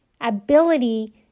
ability